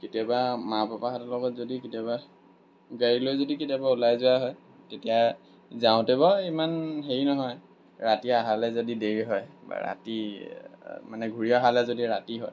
কেতিয়াবা মা পাপাহঁতৰ লগত যদি কেতিয়াবা গাড়ী লৈ যদি কেতিয়াবা ওলাই যোৱা হয় তেতিয়া যাওঁতে বাৰু ইমান হেৰি নহয় ৰাতি অহালৈ যদি দেৰি হয় বা ৰাতি মানে ঘূৰি অহালৈ যদি ৰাতি হয়